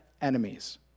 enemies